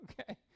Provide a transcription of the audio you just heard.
Okay